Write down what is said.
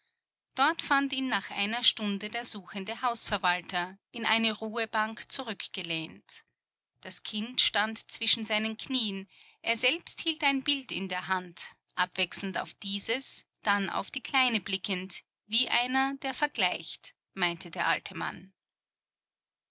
dort fand ihn nach einer stunde der suchende hausverwalter in eine ruhebank zurückgelehnt das kind stand zwischen seinen knieen er selbst hielt ein bild in der hand abwechselnd auf dieses dann auf die kleine blickend wie einer der vergleicht meinte der alte mann